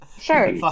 Sure